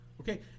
Okay